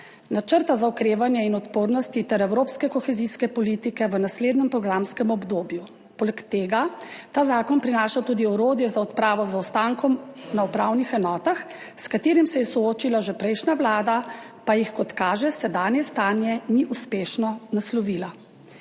Načrta za okrevanje in odpornosti ter evropske kohezijske politike v naslednjem programskem obdobju. Poleg tega ta zakon prinaša tudi orodje za odpravo zaostankov na upravnih enotah, s katerim se je soočila že prejšnja vlada, pa jih, kot kaže sedanje stanje, ni uspešno naslovila.